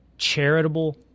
charitable